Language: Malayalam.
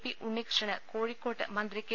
പി ഉണ്ണികൃഷ്ണന് കോഴിക്കോട്ട് മന്ത്രി കെ